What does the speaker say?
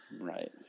Right